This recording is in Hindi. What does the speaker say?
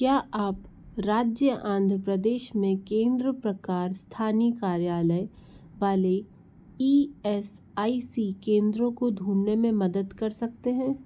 क्या आप राज्य आंध प्रदेश में केंद्र प्रकार स्थानीय कार्यालय बाले ई एस आई सी केंद्रों को ढूंढने में मदद कर सकते हैं